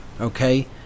okay